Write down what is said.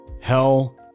Hell